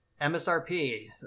msrp